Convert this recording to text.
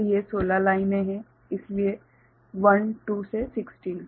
तो ये 16 लाइनें हैं इसलिए 1 2 से 16